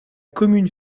commune